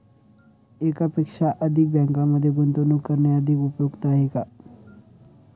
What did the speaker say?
एकापेक्षा अधिक बँकांमध्ये गुंतवणूक करणे अधिक उपयुक्त आहे का?